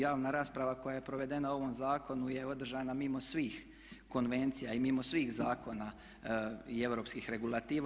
Javna rasprava koja je provedena u ovom zakonu je održana mimo svih konvencija i mimo svih zakona i europskih regulativa.